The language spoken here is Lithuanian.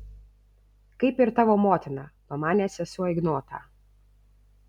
kaip ir tavo motina pamanė sesuo ignotą